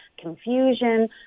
confusion